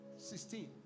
sixteen